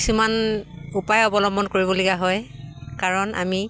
কিছুমান উপায় অৱলম্বন কৰিবলগীয়া হয় কাৰণ আমি